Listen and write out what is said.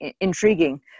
intriguing